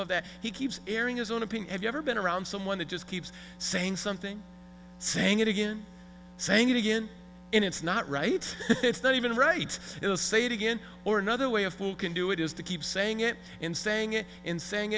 of that he keeps airing his own opinion if you ever been around someone that just keeps saying something saying it again sang it again and it's not right it's not even right it will say it again or another way of who can do it is to keep saying it and saying it in saying